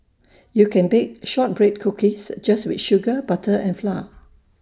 you can bake Shortbread Cookies just with sugar butter and flour